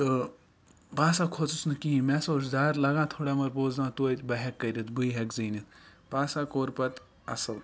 تہٕ بہٕ ہَسا کھوٚتُس نہٕ کِہِنۍ مےٚ ہَسا اوس ڈَر لَگان تھوڑا مَگَر بہٕ اوسُس دَپان تزیتہِ بہٕ ہیٚکہٕ کٔرِتھ بٔیہِ ہیٚکہٕ زیٖنِتھ بہٕ ہَسا کوٚر پَتہٕ اَصل